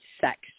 sex